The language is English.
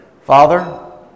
Father